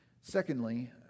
secondly